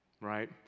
right